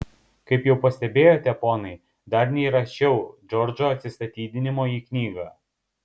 kaip jau pastebėjote ponai dar neįrašiau džordžo atsistatydinimo į knygą